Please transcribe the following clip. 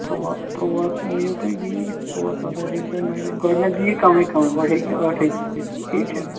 تُرٛواہ تُرٛواہ مٔٲنِو تُہۍ دِیِو یِہ ترٛوواہ ژۄداہ دِیَو تۄہہِ مایِلَیج گۄڈٕنٮ۪تھ دِیہِ کَمٕے کَمٕے گۄڈٕ ہیٚکہِ یہِ ٲٹھے دِتھ ٹھیٖک چھا